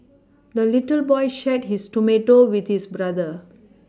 the little boy shared his tomato with his brother